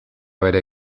bere